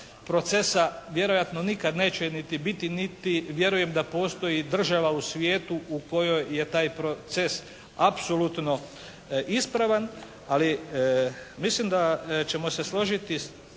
procesa vjerojatno nikad neće niti biti niti vjerujem da postoji država u svijetu u kojoj je taj proces apsolutno ispravan, ali mislim da ćemo se složiti